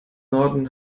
norden